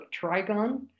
trigon